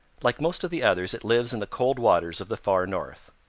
like most of the others it lives in the cold waters of the far north.